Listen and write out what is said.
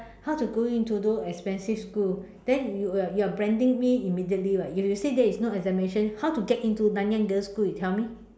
how to go into those expensive school then you you are branding me immediately [what] if you say there is no examinations how to get into Nanyang girls school you tell me